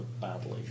badly